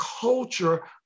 culture